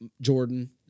Jordan